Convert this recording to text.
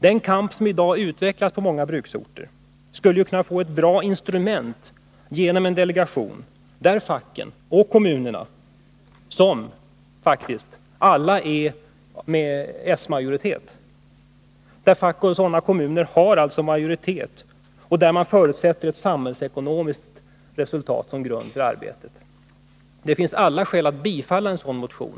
Den kamp som i dag utvecklas på många bruksorter skulle kunna få ett bra instrument genom att en delegation där facken och kommunerna, som faktiskt alla har s-majoritet och där man förutsätter ett samhällsekonomiskt resultat av arbetet, inrättades. Det finns alla skäl att bifalla en sådan motion.